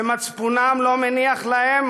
שמצפונם לא מניח להם,